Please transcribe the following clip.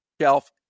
shelf